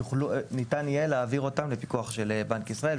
וניתן יהיה להעביר אותן לפיקוח של בנק ישראל.